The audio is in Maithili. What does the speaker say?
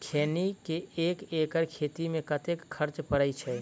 खैनी केँ एक एकड़ खेती मे कतेक खर्च परै छैय?